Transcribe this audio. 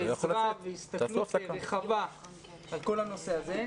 עזרה והסתכלות רחבה על כל הנושא הזה.